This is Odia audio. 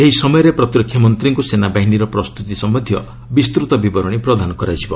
ଏହି ସମୟରେ ପ୍ରତିରକ୍ଷା ମନ୍ତ୍ରୀଙ୍କୁ ସେନାବାହିନୀର ପ୍ରସ୍ତୁତି ସମ୍ଭନ୍ଧୀୟ ବିସ୍ତୃତ ବିବରଣୀ ପ୍ରଦାନ କରାଯିବ